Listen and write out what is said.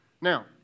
Now